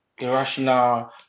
irrational